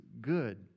good